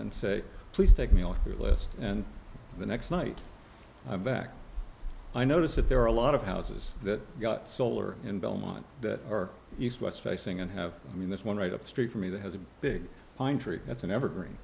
and say please take me off your list and the next night i'm back i notice that there are a lot of houses that got solar in belmont that are east west facing and have i mean this one right up the street from me that has a big pine tree that's an evergreen